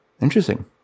Interesting